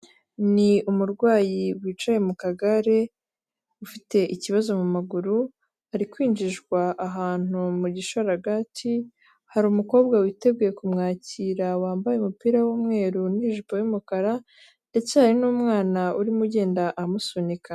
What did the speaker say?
Ni umurwayi wicaye mu kagare, ufite ikibazo mu maguru, ari kwinjizwa ahantu mu gishararagati, hari umukobwa witeguye kumwakira wambaye umupira w'umweru n'ijipo y'umukara ndetse hari n'umwana urimo ugenda amusunika.